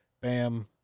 Bam